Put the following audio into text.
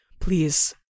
Please